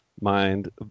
mind